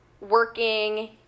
working